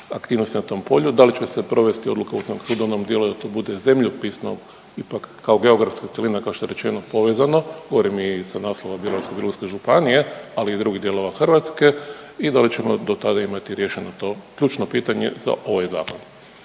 aktivnosti na tom polju? Da li će se provesti odluka Ustavnog suda u onom dijelu da to bude zemljopisno ipak kao geografska cjelina, kao što je rečeno, povezano? Govorim i sa naslova Bjelovarko-bilogorske županije, ali i drugih dijelova Hrvatske i da li ćemo do tada imati riješeno to ključno pitanje za ovaj Zakon?